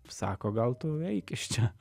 sako gal tu eik iš čia